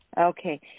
Okay